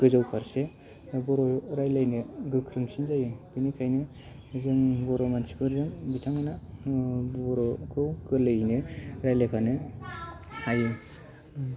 गोजौ फारसे बर' रायलायनो गोख्रोंसिन जायो बिनिखायनो जोंनि बर' मानसिफोरजों बिथांमोना ओ बर'खौ गोरलैयैनो रायलायफानो हायो